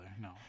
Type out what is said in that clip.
No